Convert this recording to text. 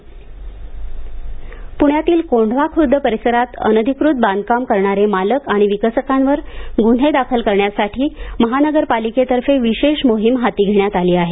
प्ण्यातील कोंढवा खुर्द परिसरात अनधिकृत बांधकाम करणारे मालक आणि विकासकांवर ग़न्हे दाखल करण्यासाठी महानगरपालिकेतर्फे विशेष मोहीम हाती घेण्यात आली आहे